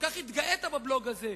כל כך התגאית בבלוג הזה,